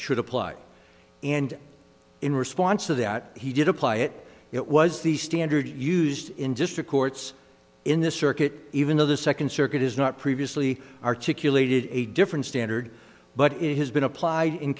should apply and in response to that he did apply it it was the standard used in district courts in this circuit even though the second circuit has not previously articulated a different standard but it has been applied in